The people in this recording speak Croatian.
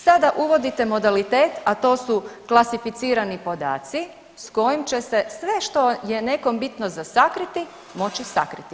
Sada uvodite modalitet, a to su klasificirani podaci s kojim će se sve što je nekom bitno za sakriti moći sakriti.